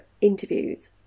interviews